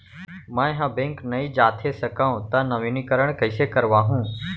मैं ह बैंक नई जाथे सकंव त नवीनीकरण कइसे करवाहू?